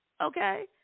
Okay